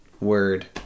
word